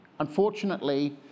Unfortunately